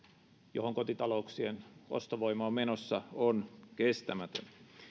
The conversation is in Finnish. johon kotitalouksien ostovoima on menossa on kestämätön